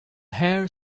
hare